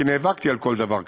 כי נאבקתי על כל דבר כזה.